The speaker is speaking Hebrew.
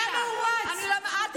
אני מדברת על החיילים,